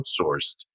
outsourced